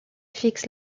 fixe